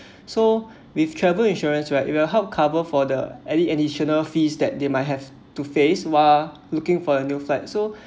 so with travel insurance right it will help cover for the any additional fees that they might have to face while looking for a new flat so